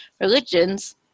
religions